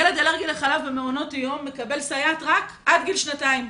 ילד אלרגי לחלב במעונות יום מקבל סייעת רק עד גיל שנתיים.